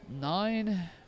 Nine